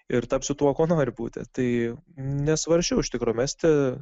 ir tapsiu tuo kuo noriu būti tai nesvarsčiau iš tikro mesti